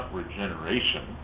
regeneration